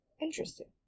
Interesting